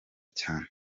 cyane